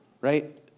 right